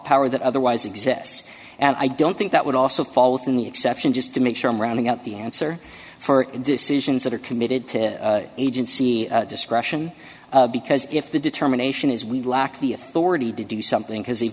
power that otherwise exists and i don't think that would also fall within the exception just to make sure i'm rounding up the answer for decisions that are committed to agency discretion because if the determination is we lack the authority to do something because he